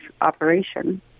operation